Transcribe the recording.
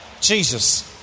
Jesus